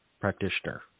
practitioner